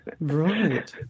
Right